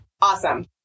Awesome